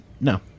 no